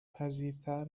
پذیرتر